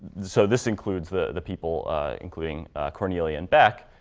so this includes the people including cornelia and beck,